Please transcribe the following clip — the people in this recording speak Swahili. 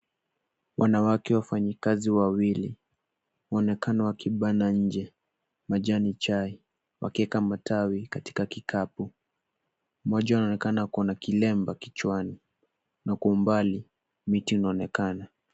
Wanawake wafanyikazi wawili wanaonekana wakibana nje majani chai wakieka matawi katika kikapu. Mmoja anaonekana kuwa na kilemba kichwani na kwa umbali miti inaonekana.